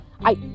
I-